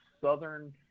southern